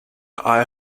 eye